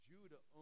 Judah